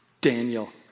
Daniel